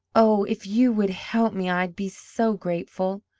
oh, if you would help me, i'd be so grateful!